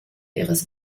ihres